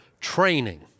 training